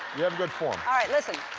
you have good form. all right. listen.